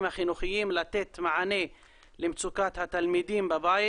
החינוכיים לתת מענה למצוקת התלמידים בבית,